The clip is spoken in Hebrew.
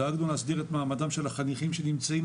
דאגנו להסדיר את מעמדם של החניכים שנמצאים